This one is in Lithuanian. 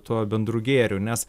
tuo bendru gėriu nes